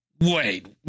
Wait